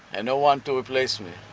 and no one to replace me